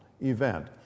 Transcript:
event